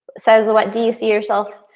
says, what do you see yourself?